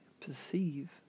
Perceive